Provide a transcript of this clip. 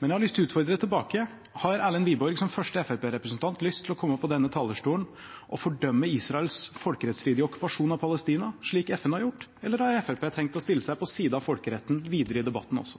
Men jeg har lyst til å utfordre tilbake: Har Erlend Wiborg som første fremskrittspartirepresentant lyst til å komme opp på denne talerstolen og fordømme Israels folkerettsstridige okkupasjon av Palestina, slik FN har gjort, eller har Fremskrittspartiet tenkt å stille seg på siden av folkeretten videre i debatten også?